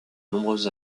nombreuses